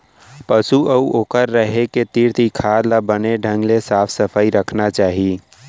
पसु अउ ओकर रहें के तीर तखार ल बने ढंग ले साफ सफई रखना चाही